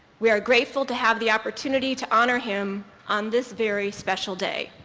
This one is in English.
we are grateful to have the opportunity to honor him on this very special day.